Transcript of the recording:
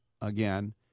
again